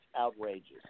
outrageous